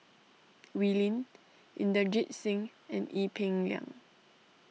Wee Lin Inderjit Singh and Ee Peng Liang